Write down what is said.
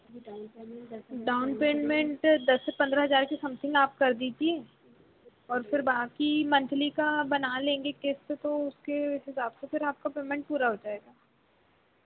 down payment तो दस पंद्रह हज़ार के समथिंग आप कर दीजिये और फिर बाँकी का मंथली बना लेंगे किस्त तो उसके हिसाब से फिर आपका पेमेंट पूरा हो जाएगा